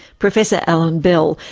professor alan bell,